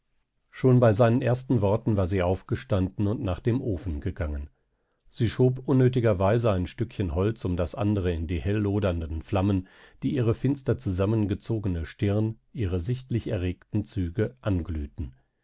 schon bei seinen ersten worten war sie aufgestanden und nach dem ofen gegangen sie schob unnötigerweise ein stückchen holz um das andere in die helllodernden flammen die ihre finster zusammengezogene stirn ihre sichtlich erregten züge anglühten